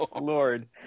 Lord